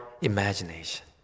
imagination